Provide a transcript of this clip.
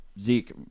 Zeke